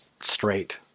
straight